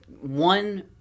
one